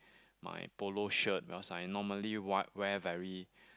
my polo shirt because I normally wear wear very